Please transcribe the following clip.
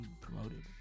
promoted